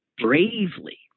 bravely